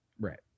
right